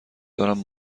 دارم